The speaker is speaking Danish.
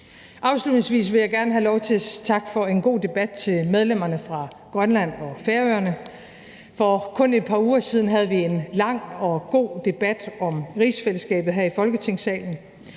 Afslutningsvis vil jeg gerne have lov til at takke for en god debat til medlemmerne fra Grønland og Færøerne. For kun et par uger siden havde vi en lang og god debat om rigsfællesskabet her i Folketingssalen,